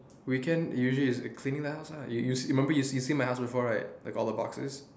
weekend usually is cleaning the house ah you see remember you see my house before right like with all the boxes